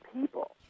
people